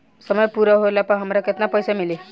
समय पूरा होला पर हमरा केतना पइसा मिली?